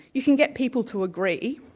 you can get people to agree,